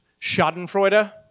schadenfreude